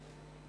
נתקבל.